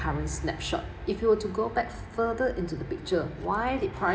having snapshot if you were to go back further into the picture why did pri~